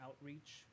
outreach